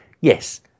Yes